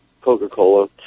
Coca-Cola